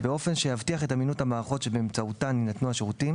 באופן שיבטיח את אמינות המערכות שבאמצעותן יינתנו השירותים